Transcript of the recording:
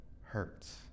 hurts